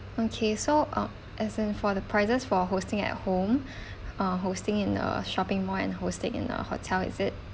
okay so uh as in for the prices for hosting at home uh hosting in a shopping mall and hosting in a hotel is it